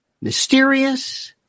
mysterious